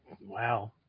wow